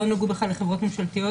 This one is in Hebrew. לא נגעו בכלל לחברות ממשלתיות,